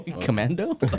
Commando